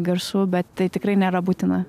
garsų bet tai tikrai nėra būtina